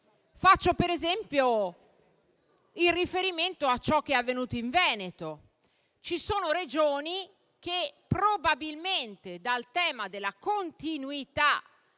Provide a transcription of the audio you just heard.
Faccio per esempio riferimento a ciò che è avvenuto in Veneto. Ci sono Regioni che, probabilmente, dal tema della continuità